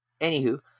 anywho